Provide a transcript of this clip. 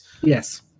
Yes